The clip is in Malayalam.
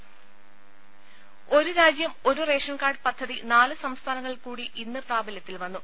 ദേദ ഒരു രാജ്യം ഒരു റേഷൻ കാർഡ് പദ്ധതി നാല് സംസ്ഥാനങ്ങളിൽ കൂടി ഇന്ന് പ്രാബല്യത്തിൽ വന്നു